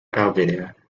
abilene